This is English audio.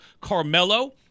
Carmelo